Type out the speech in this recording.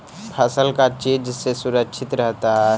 फसल का चीज से सुरक्षित रहता है?